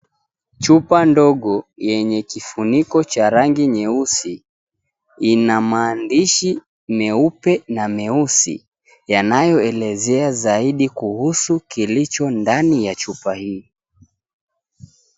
Chupa ndogo yenye kifuniko cha rangi nyeusi lina maandishi meupe na meusi yanayoelezea zaidi kuhusu kilicho ndani ya chupa hii.